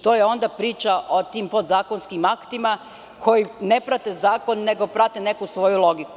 To je onda priča o tim podzakonskim aktima koji ne prate zakon, nego prate neku svoju logiku.